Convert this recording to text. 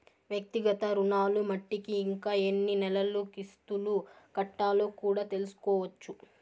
వ్యక్తిగత రుణాలు మట్టికి ఇంకా ఎన్ని నెలలు కిస్తులు కట్టాలో కూడా తెల్సుకోవచ్చు